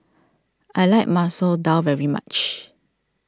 I like Masoor Dal very much